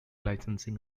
licensing